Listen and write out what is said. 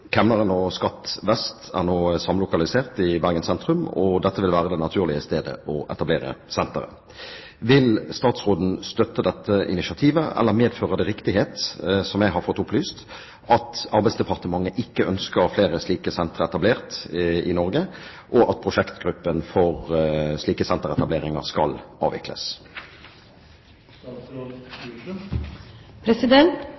og Skatt Vest er nå samlokalisert, og dette vil være det naturlige stedet å etablere senteret. Vil statsråden støtte dette initiativet, eller medfører det riktighet at Arbeidsdepartementet ikke ønsker flere slike sentre etablert og at prosjektgruppen for dette skal avvikles?»